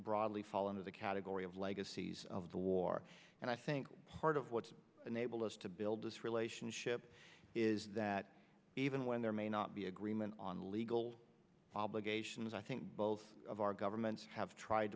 broadly fall into the category of legacies of the war and i think part of what enabled us to build this relationship is that even when there may not be agreement on legal obligations i think both of our governments have tried